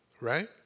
right